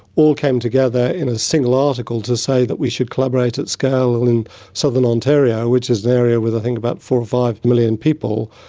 all came together in a single article to say that we should collaborate at scale in southern ontario, which is an area with i think about four or five million people,